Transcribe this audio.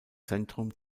zentrum